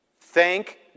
Thank